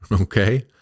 okay